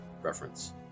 reference